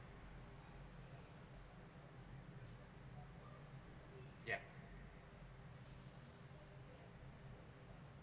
yeah